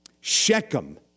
Shechem